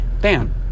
Bam